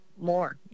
more